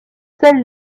seuls